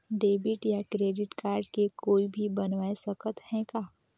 Debit या credit card के कोई भी बनवाय सकत है का?